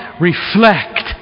reflect